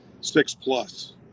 six-plus